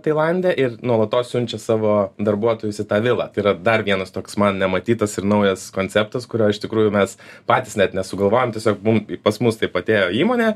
tailande ir nuolatos siunčia savo darbuotojus į tą vilą tai yra dar vienas toks man nematytas ir naujas konceptas kurio iš tikrųjų mes patys net nesugalvojom tiesiog mum pas mus taip atėjo įmonė